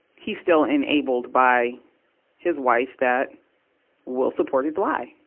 he's still enabled by his wife that will support his lie.